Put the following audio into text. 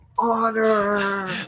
honor